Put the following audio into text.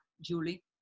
Julie